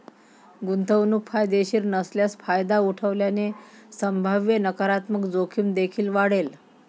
गुंतवणूक फायदेशीर नसल्यास फायदा उठवल्याने संभाव्य नकारात्मक जोखीम देखील वाढेल